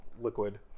liquid